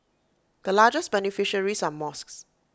the largest beneficiaries are mosques